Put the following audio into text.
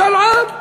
משאל עם.